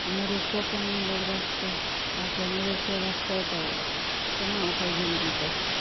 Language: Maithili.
मुरुखो केना लोग रखतै साफे मुरुखो रखतै तऽ केना ओकर जिंदगी कटतै